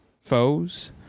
foes